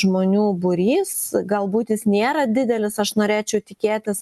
žmonių būrys galbūt jis nėra didelis aš norėčiau tikėtis